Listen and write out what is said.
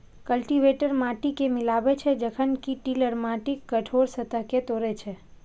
cultivator माटि कें मिलाबै छै, जखन कि टिलर माटिक कठोर सतह कें तोड़ै छै